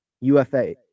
UFA